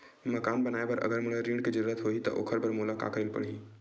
मकान बनाये बर अगर मोला ऋण के जरूरत होही त ओखर बर मोला का करे ल पड़हि?